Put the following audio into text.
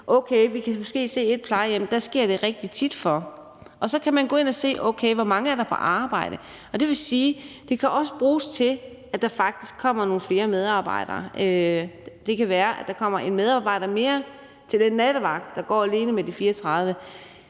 at vi måske kan se et plejehjem, hvor det sker rigtig tit. Der kan man så gå ind og se, hvor mange der er på arbejde. Det vil sige, at det også kan bruges til, at der faktisk kommer nogle flere medarbejdere. Det kan være, at der kommer en medarbejder mere på det plejehjem, hvor én nattevagt